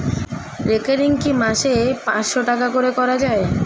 Recurring কি মাসে পাঁচশ টাকা করে করা যায়?